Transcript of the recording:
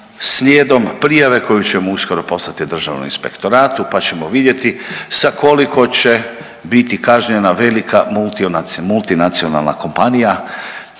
slijedom prijave koju ćemo uskoro poslati Državnom inspektoratu pa ćemo vidjeti sa koliko će biti kažnjena velika multinacionalna kompanija.